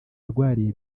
arwariye